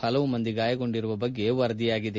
ಪಲವು ಮಂದಿ ಗಾಯಗೊಂಡಿರುವ ಬಗ್ಗೆ ವರದಿಯಾಗಿದೆ